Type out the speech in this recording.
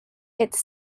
its